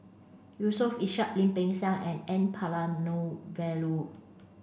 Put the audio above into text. Yusof Ishak Lim Peng Siang and N Palanivelu